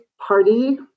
party